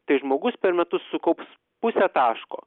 tai žmogus per metus sukaups pusę taško